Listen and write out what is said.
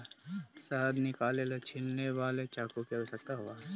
शहद निकाले ला छिलने वाला चाकू की आवश्यकता होवअ हई